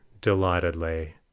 delightedly